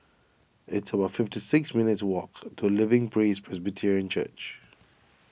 it's about fifty six minutes' walk to Living Praise Presbyterian Church